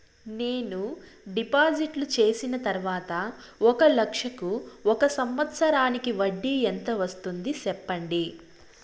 నేను డిపాజిట్లు చేసిన తర్వాత ఒక లక్ష కు ఒక సంవత్సరానికి వడ్డీ ఎంత వస్తుంది? సెప్పండి?